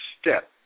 step